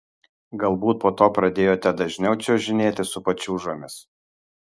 galbūt po to pradėjote dažniau čiuožinėti su pačiūžomis